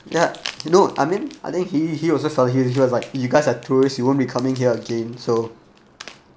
ya you know I mean I think he he also felt he he was like you guys are tourists you won't be coming here again so